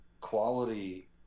quality